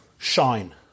shine